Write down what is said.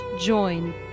join